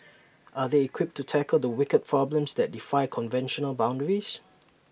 are they equipped to tackle the wicked problems that defy conventional boundaries